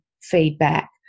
feedback